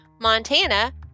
Montana